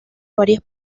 varias